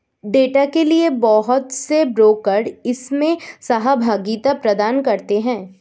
data के लिये बहुत से ब्रोकर इसमें सहभागिता प्रदान करते हैं